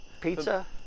Pizza